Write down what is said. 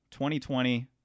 2020